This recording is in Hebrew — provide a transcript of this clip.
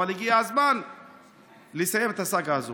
אבל הגיע הזמן לסיים את הסאגה הזאת.